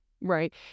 Right